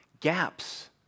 Gaps